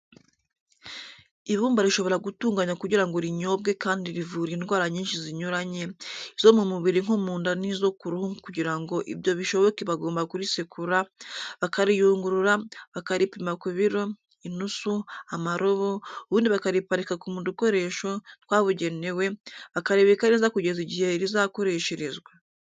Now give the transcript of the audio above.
Ibumba rishobora gutunganwa kugira ngo rinyobwe kandi rivura indwara nyinshi zinyuranye, izo mu mubiri nko mu nda n'izo ku ruhu kugira ngo ibyo bishoboke bagomba kurisekura, bakariyungurura, bakaripima ku biro, inusu, amarobo, ubundi bakaripakira mu dukoresho twabugenewe, bakaribika neza kugeza igihe rizakoresherezwa.